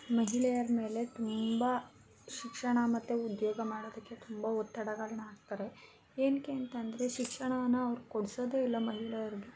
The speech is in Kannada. ಮಹಿಳೆಯರ ಮೇಲೆ ತುಂಬ ಶಿಕ್ಷಣ ಮತ್ತು ಉದ್ಯೋಗ ಮಾಡೋದಕ್ಕೆ ತುಂಬ ಒತ್ತಡಗಳನ್ನ ಹಾಕ್ತಾರೆ ಏನಕ್ಕೆ ಅಂತ ಅಂದರೆ ಶಿಕ್ಷಣಾನಾ ಅವ್ರು ಕೊಡ್ಸೋದೇ ಇಲ್ಲ ಮಹಿಳೆಯರಿಗೆ